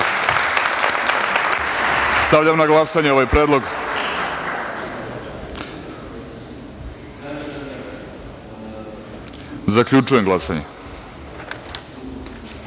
Stavljam na glasanje ovaj predlog. Zaključujem glasanje: